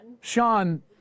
Sean